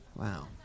Wow